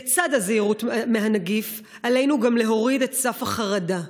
לצד הזהירות מהנגיף, עלינו גם להוריד את סף החרדה.